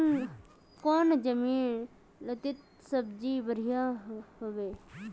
कौन जमीन लत्ती सब्जी बढ़िया हों?